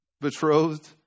betrothed